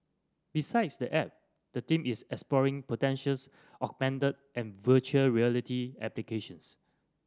besides the app the team is exploring potentials augmented and virtual reality applications